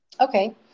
Okay